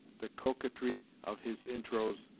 the coquetry of his intros,